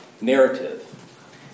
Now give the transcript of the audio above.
narrative